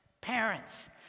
Parents